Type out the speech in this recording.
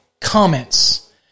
comments